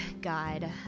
God